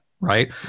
right